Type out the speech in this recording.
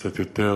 קצת יותר,